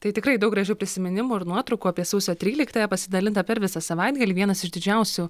tai tikrai daug gražių prisiminimų ir nuotraukų apie sausio tryliktąją pasidalinta per visą savaitgalį vienas iš didžiausių